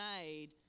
made